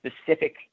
specific